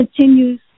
continues